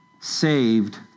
saved